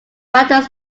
battles